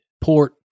port